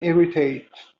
irritated